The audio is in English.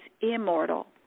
immortal